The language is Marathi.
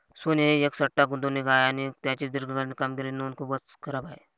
सोने ही एक सट्टा गुंतवणूक आहे आणि त्याची दीर्घकालीन कामगिरीची नोंद खूपच खराब आहे